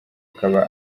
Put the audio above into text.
akaba